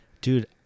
Dude